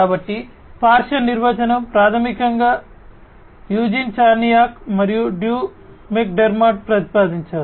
కాబట్టి పార్శ్వ నిర్వచనం ప్రాథమికంగా యూజీన్ చార్నియాక్ మరియు డ్రూ మెక్డెర్మాట్ ప్రతిపాదించారు